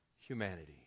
humanity